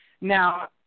Now